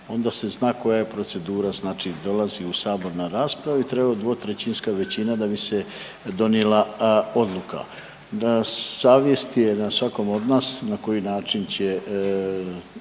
onda se zna koja je procedura. Znači dolazi u sabor na raspravu i treba 2/3 većina da bi se donijela odluka. Savjest je na svakom od nas na koji način će